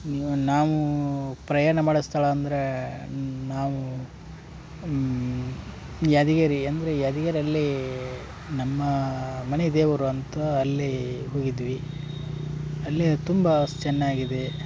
ನೀವು ನಾವು ಪ್ರಯಾಣ ಮಾಡೋ ಸ್ಥಳ ಅಂದರೆ ನಾವು ಯಾದ್ಗಿರಿ ಅಂದರೆ ಯಾದ್ಗಿಯಲ್ಲಿ ನಮ್ಮ ಮನೆದೇವರು ಅಂತ ಅಲ್ಲೀ ಹೋಗಿದ್ವಿ ಅಲ್ಲಿ ತುಂಬ ಸನ್ನಾಗಿದೆ